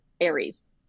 Aries